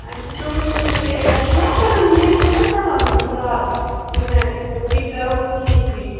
اَچھا تُہی ؤنۍتَو مےٚ یہِ تۅہہِ چھُوا پَنُن نٮ۪ٹ چھُناہ چَلان وۅنۍ فِلہال یوٚتانۍ أسۍ یہِ کَرو ٹھیٖک ویٖک